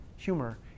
humor